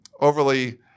overly